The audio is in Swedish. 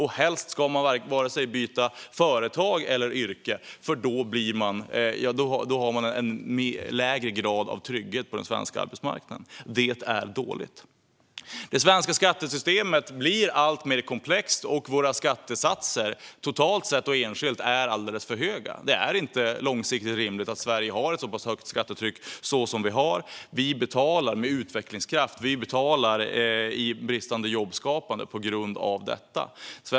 Helst ska man varken byta företag eller yrke, för då får man en lägre grad av trygghet på den svenska arbetsmarknaden. Det är dåligt. Det svenska skattesystemet blir alltmer komplext, och våra skattesatser, totalt sett och enskilt, är alldeles för höga. Långsiktigt är det inte rimligt att Sverige har ett så pass högt skattetryck. Vi betalar med utvecklingskraft och bristande jobbskapande på grund av detta.